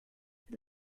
for